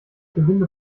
gewinde